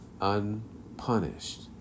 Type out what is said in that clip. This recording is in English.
unpunished